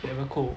never 扣